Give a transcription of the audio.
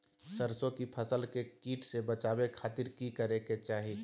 सरसों की फसल के कीट से बचावे खातिर की करे के चाही?